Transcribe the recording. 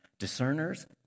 discerners